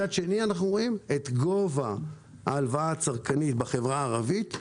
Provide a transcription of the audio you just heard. מצד שני אנחנו רואים את גובה ההלוואה הצרכנית בחברה הערבית,